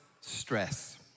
stress